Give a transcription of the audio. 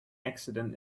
accident